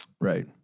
Right